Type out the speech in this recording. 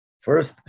first